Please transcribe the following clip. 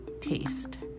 taste